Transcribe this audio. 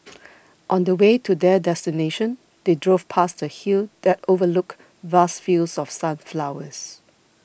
on the way to their destination they drove past a hill that overlooked vast fields of sunflowers